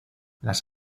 las